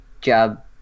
job